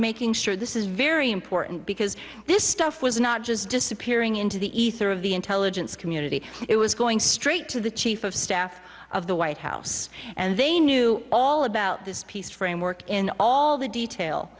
making sure this is very important because this stuff was not just disappearing into the ether of the intelligence community it was going straight to the chief of staff of the white house and they knew all about this piece frame work in all the detail